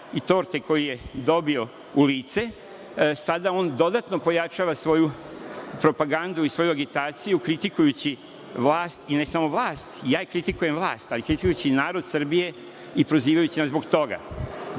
i torte koju je dobio u lice, sada on dodatno pojača svoju propagandu i svoju agitaciju, kritikujući vlast i ne samo vlast, ja kritikujem vlast, ali kritikujući narod Srbije i prozivajući nas zbog